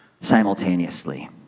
simultaneously